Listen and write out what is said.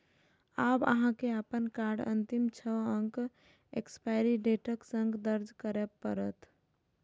आब अहां के अपन कार्डक अंतिम छह अंक एक्सपायरी डेटक संग दर्ज करय पड़त